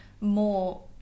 more